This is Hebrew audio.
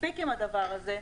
מספיק עם הדבר הזה,